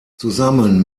zusammen